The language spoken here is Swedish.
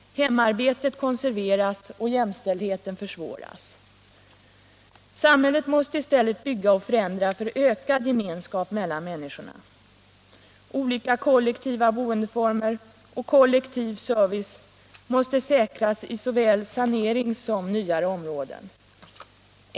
Hemarbetet konserveras och jämställdheten försvåras. Samhället måste i stället bygga och förändra för ökad gemenskap mellan människorna. Olika kollektiva boendeformer och kollektiv service måste säkras i såväl saneringsområden som nyare områden.